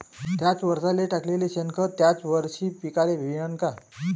थ्याच वरसाले टाकलेलं शेनखत थ्याच वरशी पिकाले मिळन का?